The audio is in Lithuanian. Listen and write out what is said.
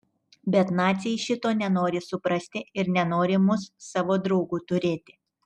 bet naciai šito nenori suprasti ir nenori mus savo draugu turėti